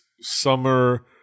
summer